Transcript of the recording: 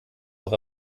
auch